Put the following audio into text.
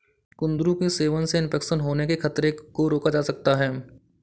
कुंदरू के सेवन से इन्फेक्शन होने के खतरे को रोका जा सकता है